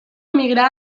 emigrar